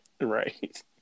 right